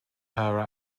her